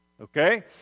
Okay